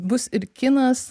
bus ir kinas